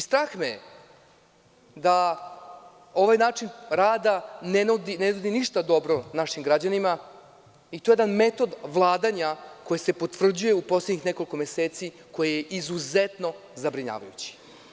Strah me je da ovaj način rada ne nudi ništa dobro našim građanima i to je jedan metod vladanja koji se potvrđuje u poslednjih nekoliko meseci, koji je izuzetno zabrinjavajući.